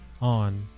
on